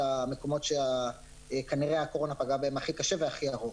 המקומות שכנראה הקורונה פגעה בהם הכי קשה והכי ארוך.